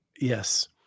yes